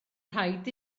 rhaid